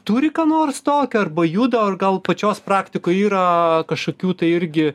turi ką nors tokio arba juda ar gal pačios praktikoj yra kažkokių tai irgi